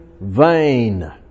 vain